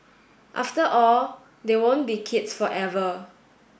after all they won't be kids forever